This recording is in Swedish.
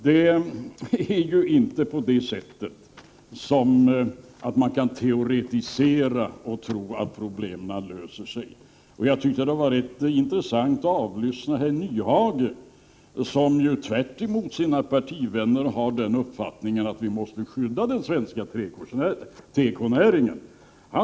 Det är inte så att man kan teoretisera och tro att problemen löser sig. Det var intressant att avlyssna herr Nyhage som tvärtemot sina partivänner har den uppfattningen att vi måste skydda den svenska tekonäringen.